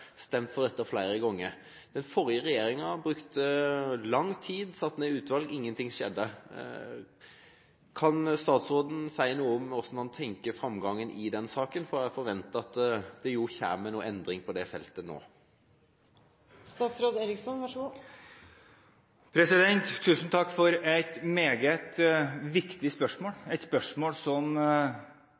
stemt for dette flere ganger. Den forrige regjeringa brukte lang tid, satte ned et utvalg – ingenting skjedde. Kan statsråden si noe om hva han tenker om framgangen i den saken? For jeg forventer jo at det kommer en endring på det feltet nå. Tusen takk for et meget viktig spørsmål, et spørsmål som